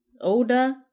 older